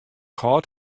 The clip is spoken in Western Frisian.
hâld